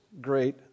great